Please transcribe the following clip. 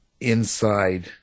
inside